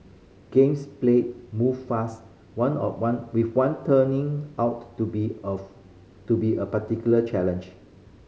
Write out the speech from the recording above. games play moved fast one of one with one turning out to be of to be a particular challenge